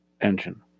engine